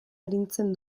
arintzen